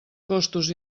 costos